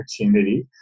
opportunity